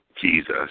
Jesus